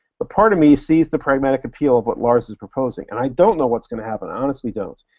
but part of me sees the pragmatic appeal of what lars is proposing, and i don't know what's going to happen. i honestly don't.